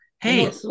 Hey